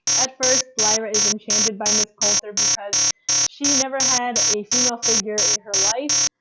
at first lyra is enchanted by miss coulter because she never had a female figure in her life,